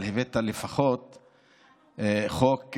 אבל הבאת לפחות חוק,